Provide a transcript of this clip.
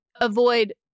avoid